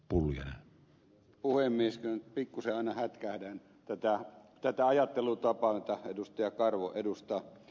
kyllä nyt pikkuisen aina hätkähdän tätä ajattelutapaa jota edustaja karvo edustaa